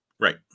Right